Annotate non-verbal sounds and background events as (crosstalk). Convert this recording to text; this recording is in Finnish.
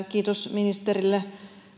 (unintelligible) kiitos ministerille